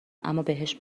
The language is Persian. امابهش